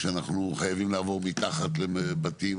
כשאנחנו חייבים לעבור מתחת לבתים,